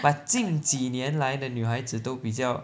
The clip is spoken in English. but 近几年来的女孩子都比较